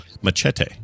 Machete